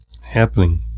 happening